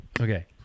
Okay